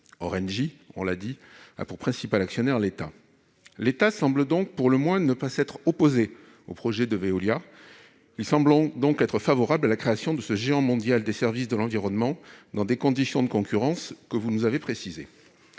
mesure où l'État est le principal actionnaire d'Engie, il semble pour le moins ne pas s'être opposé au projet de Veolia. Il serait donc favorable à la création de ce géant mondial des services de l'environnement, dans des conditions de concurrence que vous nous avez précisées.